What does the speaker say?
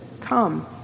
Come